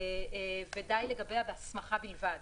ודי לגביה בהסמכה בלבד.